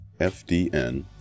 FDN